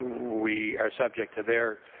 we are subject to their